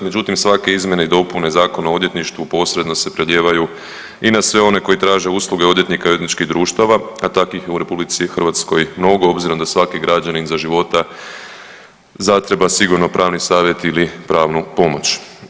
Međutim, svake izmjene i dopune Zakona o odvjetništvu posredno se prelijevaju i na sve one koji traže usluge odvjetnika i odvjetničkih društava, a takvih je u RH mnogo obzirom svaki građanin za života zatreba sigurno pravni savjet ili pravnu pomoć.